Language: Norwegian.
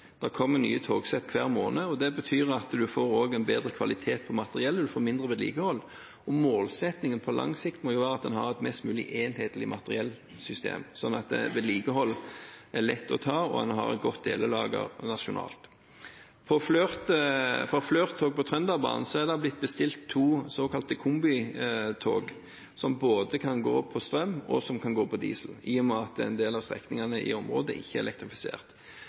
kommer nye togsett hver måned, og det betyr at en også får en bedre kvalitet på materiellet, og en får mindre vedlikehold. Målsettingen på lang sikt må jo være at en har et mest mulig enhetlig materiellsystem, sånn at det er lett å ta vedlikehold, og at en har et godt delelager nasjonalt. Når det gjelder Flirt-tog på Trønderbanen, er det bestilt to såkalte kombitog som kan gå både på strøm og på diesel, i og med at en del av strekningene i området ikke er elektrifisert.